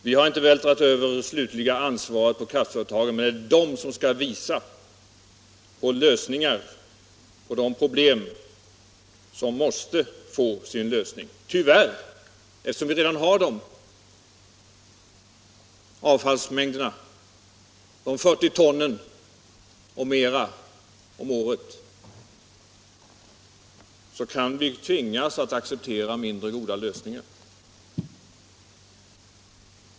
Vi har inte vältrat över det slutliga ansvaret på kraftföretagen, men det är de som skall visa på lösningarna av de problem som måste få sin lösning. Tyvärr — eftersom vi redan har dem! På grund av de mer än 40 tonnen avfall om året kan vi tvingas att acceptera mindre goda lösningar.